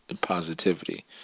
positivity